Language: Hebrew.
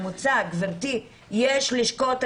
יש לשכות רווחה,